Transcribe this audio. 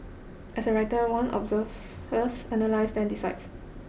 as a writer one observes first analyses and then decides